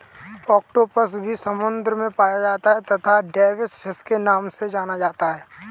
octopus भी समुद्र में पाया जाता है तथा डेविस फिश के नाम से जाना जाता है